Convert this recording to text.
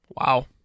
Wow